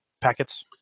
packets